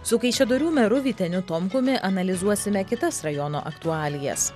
su kaišiadorių meru vyteniu tomkumi analizuosime kitas rajono aktualijas